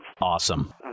Awesome